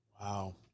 Wow